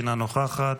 אינה נוכחת,